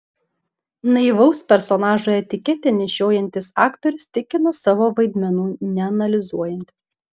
naivaus personažo etiketę nešiojantis aktorius tikino savo vaidmenų neanalizuojantis